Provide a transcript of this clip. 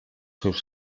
seus